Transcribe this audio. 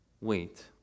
Wait